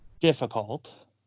Difficult